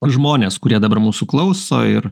žmonės kurie dabar mūsų klauso ir